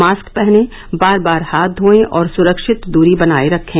mask पहने बार बार हाथ धोएं और सुरक्षित दूरी बनाए रखें